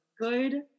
Good